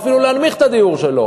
ואפילו מי שהנמיך את הדיור שלו,